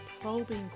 probing